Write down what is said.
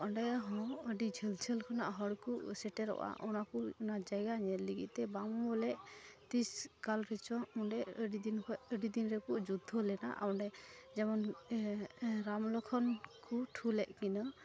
ᱚᱸᱰᱮᱦᱚᱸ ᱟᱹᱰᱤ ᱡᱷᱟᱹᱞᱼᱡᱷᱟᱹᱞ ᱠᱷᱚᱱᱟᱜ ᱦᱚᱲᱠᱚ ᱥᱮᱴᱮᱨᱚᱜᱼᱟ ᱚᱱᱟᱠᱚ ᱚᱱᱟ ᱡᱟᱭᱜᱟ ᱧᱮᱞ ᱞᱤᱜᱤᱫᱛᱮ ᱵᱟᱝᱵᱚᱞᱮ ᱛᱤᱥᱠᱟᱞ ᱨᱮᱪᱚ ᱚᱸᱰᱮ ᱟᱹᱰᱤᱫᱤᱱ ᱟᱹᱰᱤᱫᱤᱱ ᱨᱮᱠᱚ ᱡᱩᱫᱽᱫᱷᱚ ᱞᱮᱱᱟ ᱚᱸᱰᱮ ᱡᱮᱢᱚᱱ ᱨᱟᱢᱼᱞᱚᱠᱠᱷᱚᱱ ᱠᱚ ᱴᱷᱩᱞᱮᱫ ᱠᱤᱱᱟᱹ